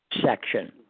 section